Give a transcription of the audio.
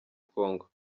congo